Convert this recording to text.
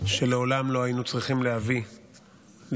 שלעולם לא היינו צריכים להביא להצבעה,